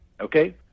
okay